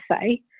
say